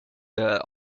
her